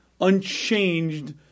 unchanged